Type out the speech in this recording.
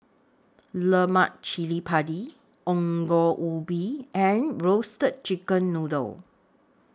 Lemak Cili Padi Ongol Ubi and Roasted Chicken Noodle